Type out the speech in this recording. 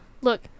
Look